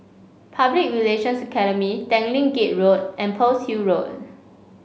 Public Relations Academy Tanglin Gate Road and Pearl's Hill Road